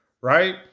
Right